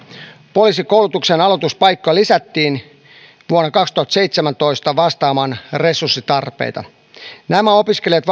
poliisikoulutuksen aloituspaikkoja lisättiin vuonna kaksituhattaseitsemäntoista vastaamaan resurssitarpeita nämä opiskelijat